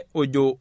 ojo